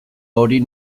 hori